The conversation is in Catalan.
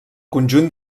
conjunt